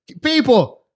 People